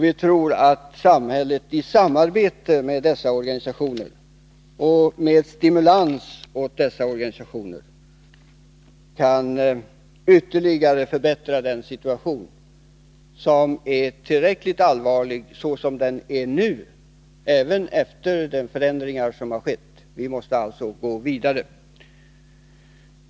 Vi tror att samhället i samarbete med dessa organisationer och med stimulans åt dessa organisationer kan ytterligare förbättra situationen, som är tillräckligt allvarlig som den nu är, även efter de förändringar som skett. Vi måste alltså gå vidare.